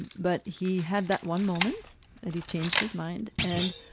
but he had that one moment that he changed his mind. and